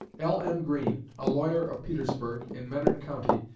l m. green, a lawyer of petersburg, in menard county,